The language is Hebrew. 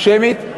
יריב, שמית?